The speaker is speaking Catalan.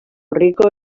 rico